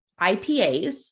IPAs